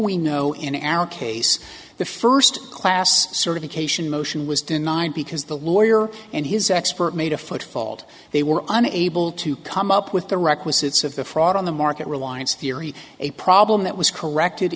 we know in al case the first class certification motion was denied because the lawyer and his expert made a foot fault they were unable to come up with the requisites of the fraud on the market reliance theory a problem that was corrected